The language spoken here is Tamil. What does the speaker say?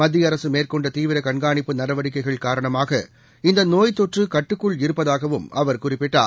மத்திய அரசுமேற்கொண்டதீவிரகண்காணிப்பு நடவடிக்கைகள் காரணமாக இந்தநோய் தொற்றுகட்டுக்குள் இருப்பதகாவும் அவர் குறிப்பிட்டார்